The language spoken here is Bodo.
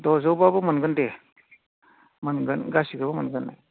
द'जौब्लाबो मोनगोन दे मोनगोन गासिखौबो मोनगोन